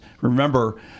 remember